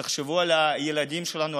תחשבו על הילדים שלנו,